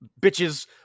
bitches